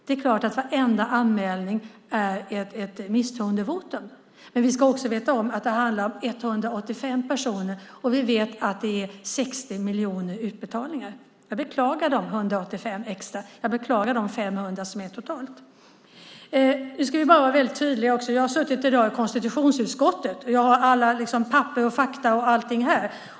Det är klart att varenda anmälan är ett misstroendevotum, men vi ska också veta att det handlar om 185 personer. Vi vet att det är 60 miljoner utbetalningar. Jag beklagar de 185 extra. Jag beklagar de 500 som det är totalt. Vi ska vara väldigt tydliga. Jag har suttit i konstitutionsutskottet i dag. Jag har alla papper, fakta och allting här.